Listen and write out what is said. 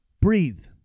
Breathe